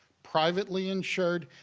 privately insured,